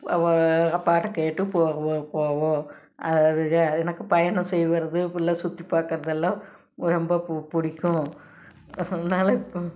அப்பாகிட்ட கேட்டும் போவோம் போவோம் அதுக எனக்கு பயணம் செய்வது ஃபுல்லா சுற்றி பாக்கறது எல்லாம் ரொம்ப பு பிடிக்கும் அதனால்